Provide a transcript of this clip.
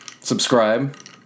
Subscribe